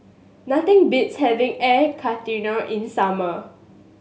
nothing beats having Air Karthira in summer